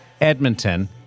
edmonton